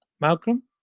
Malcolm